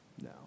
No